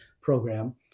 program